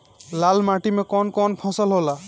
लाल माटी मे कवन कवन फसल होला?